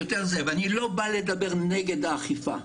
אני לא בא לדבר נגד האכיפה,